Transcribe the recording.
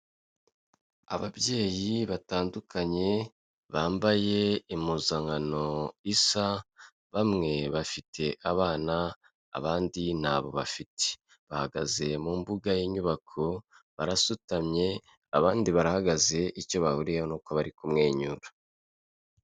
Ababyeyi batandukanye bambaye impuzankano isa, bamwe bafite abana abandi ntabo bafite. Bahagaze mu mbuga y'inyubako, barasutamye abandi barahagaze, icyo bahuriyeho nuko bari kumwenyura.